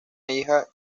hija